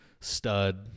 stud